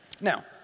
Now